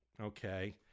okay